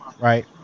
right